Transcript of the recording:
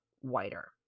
whiter